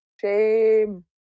Shame